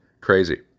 Crazy